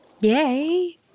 Yay